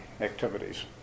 activities